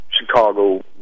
Chicago